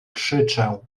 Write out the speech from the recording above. krzyczę